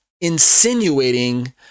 insinuating